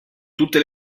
tutte